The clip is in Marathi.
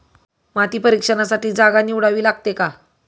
माती परीक्षणासाठी जागा निवडावी लागते का?